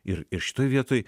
ir ir šitoj vietoj